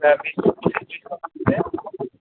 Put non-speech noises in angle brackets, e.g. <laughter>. ভাৱিছোঁ bedsheet <unintelligible>